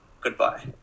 Goodbye